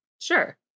sure